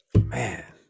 Man